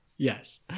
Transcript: Yes